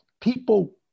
people